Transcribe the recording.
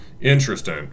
Interesting